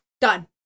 Done